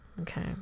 Okay